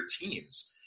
teams